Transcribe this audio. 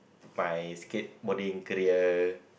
my skateboarding career